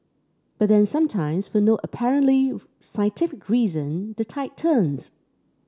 but then sometimes for no apparently scientific reason the tide turns